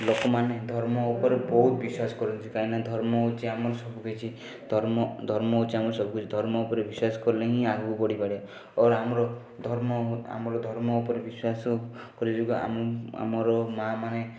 ଲୋକ ମାନେ ଧର୍ମ ଉପରେ ବହୁତ ବିଶ୍ୱାସ କରନ୍ତି କାହିଁକିନା ଧର୍ମ ହେଉଛି ଆମର ସବୁକିଛି ଧର୍ମ ଧର୍ମ ହେଉଛି ଆମର ସବୁ କିଛି ଧର୍ମ ଉପରେ ବିଶ୍ୱାସ କଲେ ହିଁ ଆଗକୁ ବଢ଼ିପାରିବା ଅର ଆମର ଧର୍ମ ଆମର ଧର୍ମ ଉପରେ ବିଶ୍ୱାସ କରି ଯୁଗ ଆମ ଆମର ମାଆମାନେ